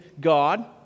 God